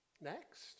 Next